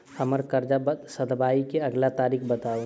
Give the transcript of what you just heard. हम्मर कर्जा सधाबई केँ अगिला तारीख बताऊ?